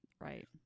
Right